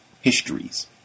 histories